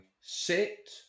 sit